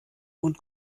und